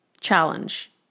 challenge